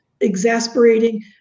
exasperating